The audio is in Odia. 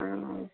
ହଁ ହଁ